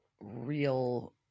real